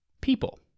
people